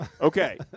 Okay